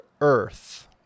earth